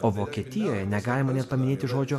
o vokietijoje negalima net paminėti žodžio